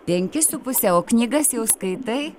penki su puse o knygas jau skaitai